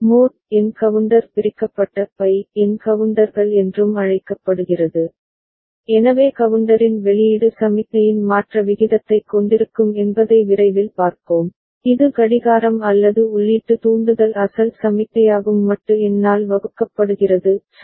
mode N counter பிரிக்கப்பட்ட by N கவுண்டர்கள் என்றும் அழைக்கப்படுகிறது எனவே கவுண்டரின் வெளியீடு சமிக்ஞையின் மாற்ற விகிதத்தைக் கொண்டிருக்கும் என்பதை விரைவில் பார்ப்போம் இது கடிகாரம் அல்லது உள்ளீட்டு தூண்டுதல் அசல் சமிக்ஞையாகும் மட்டு எண்ணால் வகுக்கப்படுகிறது சரி